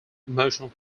motion